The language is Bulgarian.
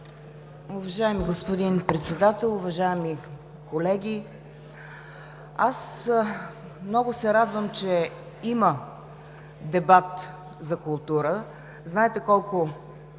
Уважаеми господин Председател, уважаеми колеги! Много се радвам, че има дебат за култура. Знаете колко